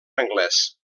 anglès